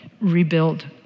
rebuild